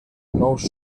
nous